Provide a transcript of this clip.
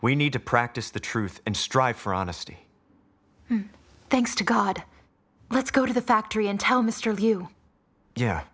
we need to practice the truth and strive for honesty thanks to god let's go to the factory and tell mr liu yeah